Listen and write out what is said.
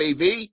AV